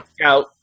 Scout